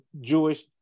Jewish